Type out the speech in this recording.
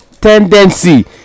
tendency